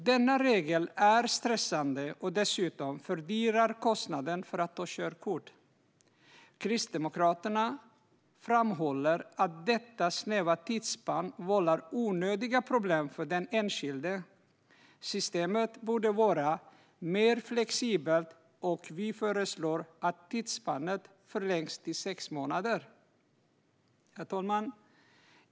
Denna regel är stressande och fördyrar dessutom kostnaden för att ta körkort. Kristdemokraterna framhåller att detta snäva tidsspann vållar onödiga problem för den enskilde. Systemet borde vara mer flexibelt, och vi föreslår att tidsspannet förlängs till sex månader. Herr talman!